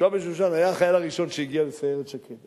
ישועה בן-שושן היה החייל הראשון שהגיע לסיירת שקד.